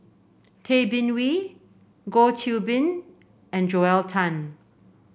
Tay Bin Wee Goh Qiu Bin and Joel Tan